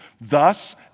Thus